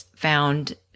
found